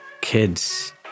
kids